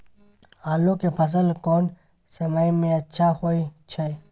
आलू के फसल कोन समय में अच्छा होय छै?